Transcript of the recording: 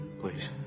Please